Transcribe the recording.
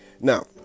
Now